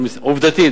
עובדתית,